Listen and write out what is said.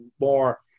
more